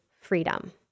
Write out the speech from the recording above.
freedom